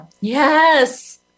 yes